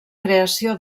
creació